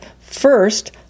first